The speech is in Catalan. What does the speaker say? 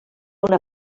una